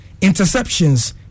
Interceptions